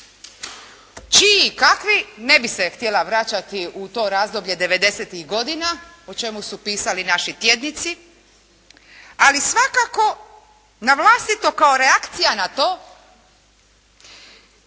Čiji i kakvi ne bih se htjela vraćati u to razdoblje devedesetih godina o čemu su pisali naši tjednici, ali svakako na vlastito kao reakcija na to